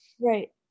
Right